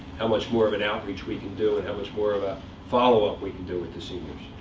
how much more of an outreach we can do, and how much more of a follow-up we can do with the seniors.